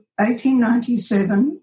1897